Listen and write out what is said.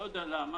לא יודע למה,